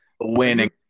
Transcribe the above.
Winning